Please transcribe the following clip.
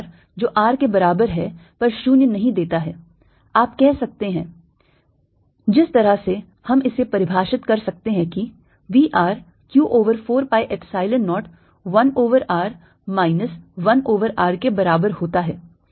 आप कह सकते हैं स्लाइड पर समय 0836 पर देखें जिस तरह से हम इसे परिभाषित कर सकते हैं कि V r q over 4 pi epsilon 0 1 over r minus 1 over R के बराबर होता है